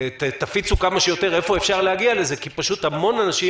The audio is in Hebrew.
תפיצו כמה שיותר איפה אפשר להגיע לזה כי המון אנשים